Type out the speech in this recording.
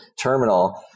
terminal